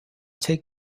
take